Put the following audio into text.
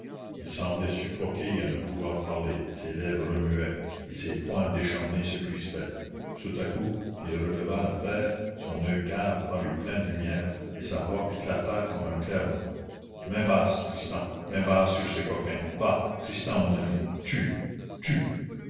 il semblait suffoqué à ne pouvoir parler ses lèvres remuaient et ses poings décharnés se crispaient tout à coup il releva la tête son oeil cave parut plein de lumière et sa voix éclata comme un clairon main basse tristan main basse sur ces coquins va tristan mon ami tue tue